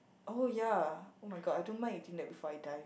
oh ya oh-my-god I don't mind eating that before I die